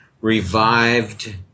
revived